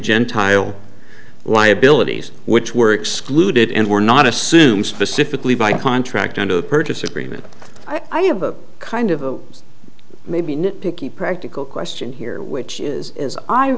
gentile liabilities which were excluded and were not assume specifically by contract and a purchase agreement i have a kind of a maybe nitpicky practical question here which is as i